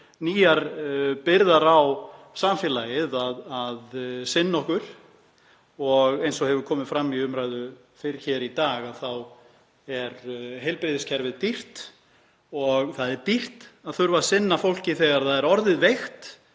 nýjar byrðar á samfélagið að sinna okkur. Eins og hefur komið fram í umræðu fyrr í dag þá er heilbrigðiskerfið dýrt og það er dýrt að þurfa að sinna fólki þegar það er orðið veikt